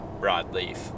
broadleaf